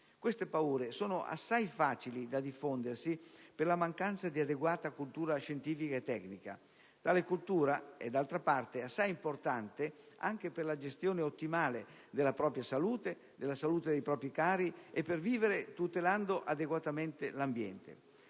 Queste paure sono assai facile da diffondersi per la mancanza di adeguata cultura scientifica e tecnica. Tale cultura è d'altra parte assai importante anche per la gestione ottimale della propria salute, della salute dei propri cari e per vivere tutelando adeguatamente l'ambiente.